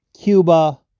Cuba